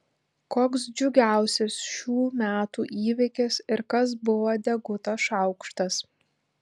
koks džiugiausias šių metų įvykis ir kas buvo deguto šaukštas